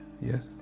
yes